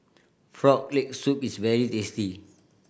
Frog Leg Soup is very tasty